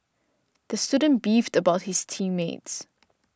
the student beefed about his team mates